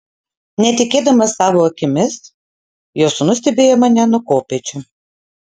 netikėdamas savo akimis jo sūnus stebėjo mane nuo kopėčių